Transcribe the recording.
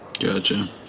Gotcha